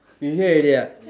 you here already ah